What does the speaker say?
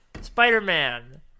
Spider-Man